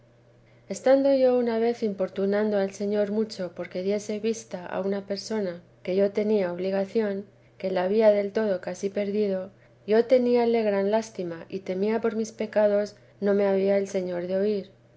estando yo una vez importunando al señor mucho porque diese vista a una persona que yo tenía obligación que la había del todo casi perdido yo teníale gran teresa dk jesí's lástima y temía por mis pecados no me había el señor de oír